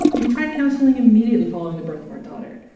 we tried counselling immediately following the birth of our daughter,